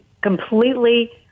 completely